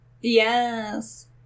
Yes